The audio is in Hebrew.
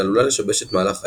שעלולה לשבש את מהלך חייו,